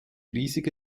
riesige